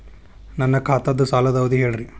ನನ್ನ ಖಾತಾದ್ದ ಸಾಲದ್ ಅವಧಿ ಹೇಳ್ರಿ